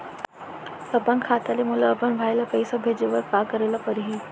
अपन खाता ले मोला अपन भाई ल पइसा भेजे बर का करे ल परही?